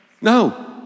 No